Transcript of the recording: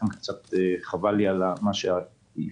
מאוד, לכן קצת חבל לי על מה שהפסדנו.